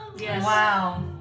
Wow